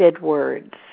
words